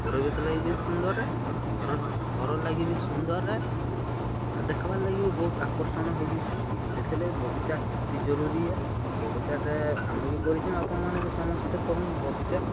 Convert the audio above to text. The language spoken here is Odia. ପରିବେଶ୍ ଲାଗି ବି ସୁନ୍ଦର୍ ଆଏ ଘରର୍ ଘରର୍ ଲାଗି ବି ସୁନ୍ଦର୍ ଆଏ ଦେଖବାର୍ ଲାଗି ବି ବହୁତ୍ ଆକର୍ଷଣ୍ ହେଇଯିସି ସେଥିର୍ଲାଗି ବଗିଚା ନିହାତି ଜରୁରୀ ଆଏ ବଗିଚାଟା ଆମେ ବି କରିଛୁ ଆପଣ୍ମାନେ ବି ସମସ୍ତେ କରୁନ୍ତ୍ ବଗିଚା